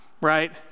right